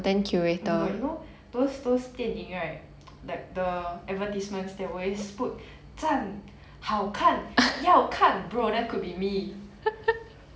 oh my god you know those those 电影 right like the advertisements they always put 赞好看要看 bro that could be me